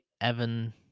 evan